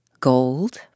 Gold